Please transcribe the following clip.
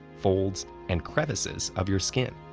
folds, and crevices of your skin.